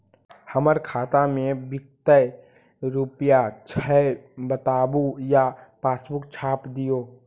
हमर खाता में विकतै रूपया छै बताबू या पासबुक छाप दियो?